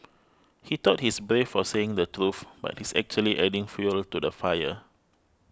he thought he's brave for saying the truth but he's actually adding fuel to the fire